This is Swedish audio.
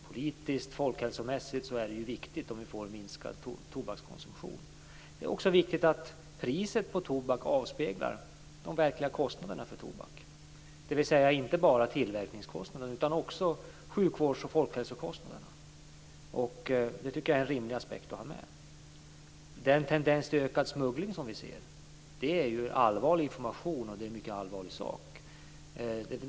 Politiskt, folkhälsomässigt är det viktigt med en minskad tobakskonsumtion. Det är också viktigt att priset på tobak avspeglar de verkliga kostnaderna för tobak, dvs. inte bara tillverkningskostnaden utan också sjukvårds och folkhälsokostnaderna. Det tycker jag är en rimlig aspekt att ha med. Att vi har en tendens till ökad smuggling är något mycket allvarligt.